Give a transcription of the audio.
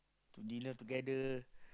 to dinner together